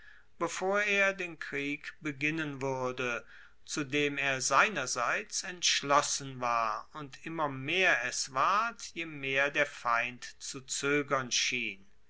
bevor er den krieg beginnen wuerde zu dem er seinerseits entschlossen war und immer mehr es ward je mehr der feind zu zoegern schien